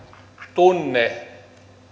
tunne